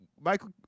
Michael